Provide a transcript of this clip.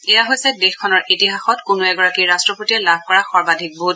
এয়া হৈছে দেশখনৰ ইতিহাসত কোনো এগৰাকী ৰাষ্ট্ৰপতিয়ে লাভ কৰা সৰ্বাধিক ভোট